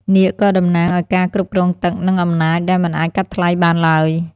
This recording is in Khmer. នាគក៏តំណាងឱ្យការគ្រប់គ្រងទឹក និងអំណាចដែលមិនអាចកាត់ថ្លៃបានឡើយ។